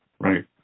Right